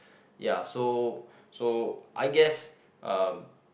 ya so so I guess uh